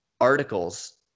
articles